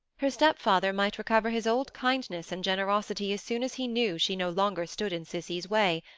her stepfather might recover his old kindness and generosity as soon as he knew she no longer stood in cissy's way,